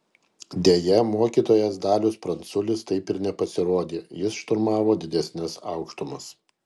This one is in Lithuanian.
deja mokytojas dalius pranculis taip ir nepasirodė jis šturmavo didesnes aukštumas